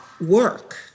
work